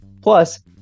Plus